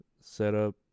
setup